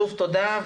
שוב, תודה.